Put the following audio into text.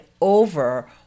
over